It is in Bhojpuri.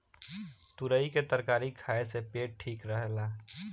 तुरई के तरकारी खाए से पेट ठीक रहेला